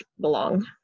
belong